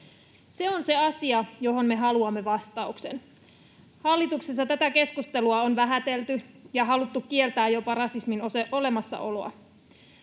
Se on se asia, johon me haluamme vastauksen. Hallituksessa tätä keskustelua on vähätelty ja haluttu jopa kieltää rasismin olemassaoloa.